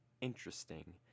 interesting